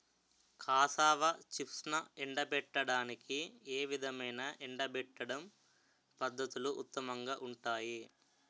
Cassava చిప్స్ను ఎండబెట్టడానికి ఏ విధమైన ఎండబెట్టడం పద్ధతులు ఉత్తమంగా ఉంటాయి?